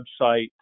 website